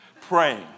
praying